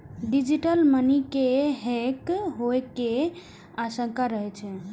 digital money के hack होइ के आशंका रहै छै